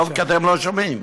כי אתם לא שומעים.